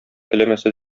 теләмәсә